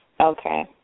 Okay